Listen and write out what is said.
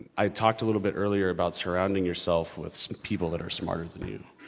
i talked a little bit earlier about surrounding yourself with some people that are smarter than you.